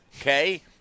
okay